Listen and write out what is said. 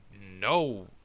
no